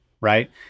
right